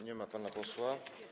Nie ma pana posła.